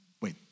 Wait